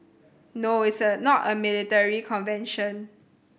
no it's a not a military convention